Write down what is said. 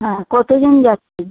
হ্যাঁ কতজন যাচ্ছেন